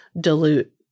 dilute